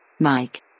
Mike